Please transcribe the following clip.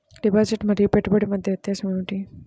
Deposit మరియు పెట్టుబడి మధ్య వ్యత్యాసం ఏమిటీ?